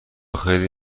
خیلی